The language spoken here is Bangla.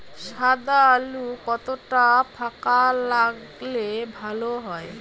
সাদা আলু কতটা ফাকা লাগলে ভালো হবে?